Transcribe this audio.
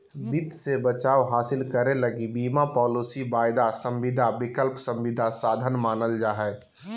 वित्त मे बचाव हासिल करे लगी बीमा पालिसी, वायदा संविदा, विकल्प संविदा साधन मानल जा हय